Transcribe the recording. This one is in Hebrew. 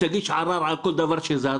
שתגיש ערר על כל דבר שזז,